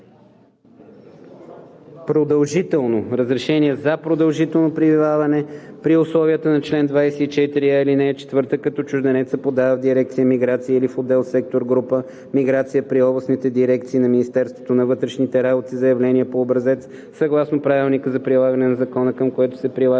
самостоятелно разрешение за продължително пребиваване при условията на чл. 24е, ал. 4, като чужденецът подава в дирекция „Миграция“ или в отдел/сектор/група „Миграция“ при областните дирекции на Министерството на вътрешните работи заявление по образец, съгласно правилника за прилагане на закона, към което се прилага: